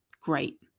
great